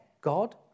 God